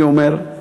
אני אומר,